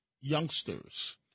youngsters